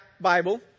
Bible